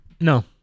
No